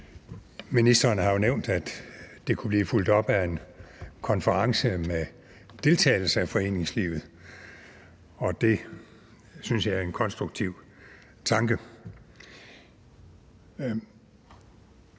ministeren har jo nævnt, at det kunne blive fulgt op af en konference med deltagelse af foreningslivet, og det synes jeg er en konstruktiv tanke.